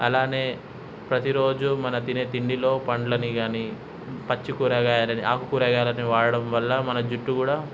అలానే ప్రతిరోజు మన తినే తిండిలో పండ్లని కాని పచ్చికూరగాయలని ఆకుకూరగాలని వాడడం వల్ల మన జుట్టు కూడా